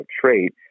trait